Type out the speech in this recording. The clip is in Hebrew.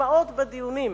נשמעות בדיונים,